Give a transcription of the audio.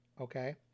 okay